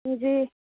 جی